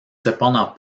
cependant